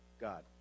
God